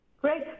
Great